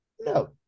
No